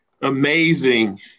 amazing